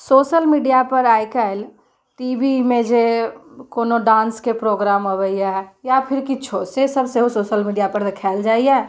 social मीडियापर आइ काल्हि टी वी मे जे कोनो डान्सके प्रोग्राम अबैए या फिर किछो से सभ सेहो सोशल मीडियापर देखायल जाइए